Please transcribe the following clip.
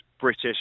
British